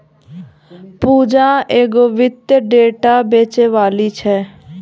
पूजा एगो वित्तीय डेटा बेचैबाली छै